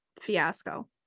fiasco